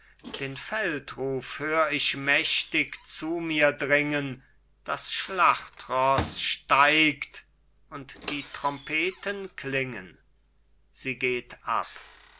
den feldruf hör ich mächtig zu mir dringen das schlachtroß steigt und die trompeten klingen sie geht ab